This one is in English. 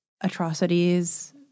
atrocities